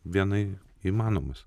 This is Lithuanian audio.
vienai įmanomas